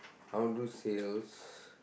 I wanna do sales